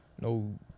no